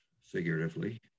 figuratively